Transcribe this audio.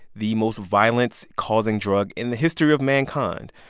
the most violence-causing drug in the history of mankind.